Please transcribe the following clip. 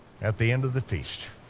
at the end of the feast,